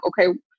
okay